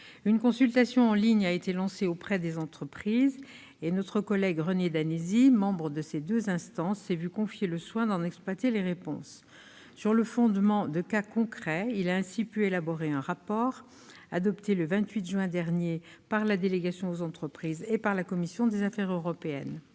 Une consultation en ligne a été lancée auprès des entreprises, et notre collègue René Danesi, membre de ces deux instances, s'est vu confier le soin d'en exploiter les réponses. Sur le fondement de cas concrets, il a ainsi pu élaborer un rapport, adopté le 28 juin dernier par la délégation sénatoriale aux entreprises et par la commission des affaires européennes.